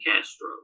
Castro